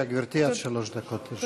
בבקשה, גברתי, עד שלוש דקות לרשותך.